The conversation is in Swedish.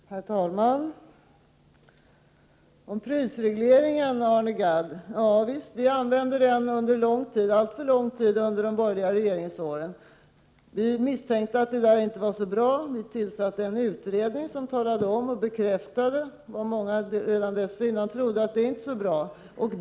Herr talman! Beträffande prisregleringen vill jag säga till Arne Gadd: Ja visst, vi använde den under lång tid — alltför lång tid — under de borgerliga regeringsåren. Vi misstänkte att den inte var så bra och tillsatte en utredning, som bekräftade vad många dessförinnan trodde, nämligen att prisregleringen inte var så fördelaktig.